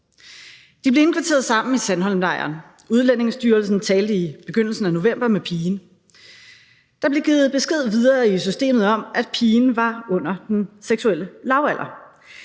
De blev indkvarteret sammen i Sandholmlejren. Udlændingestyrelsen talte i begyndelsen af november med pigen. Der blev givet besked videre i systemet om, at pigen var under den seksuelle lavalder,